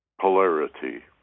polarity